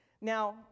Now